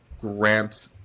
grant